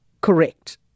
correct